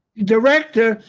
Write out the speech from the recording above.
director.